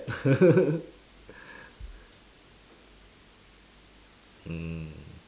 mm